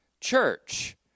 church